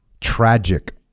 tragic